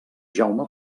jaume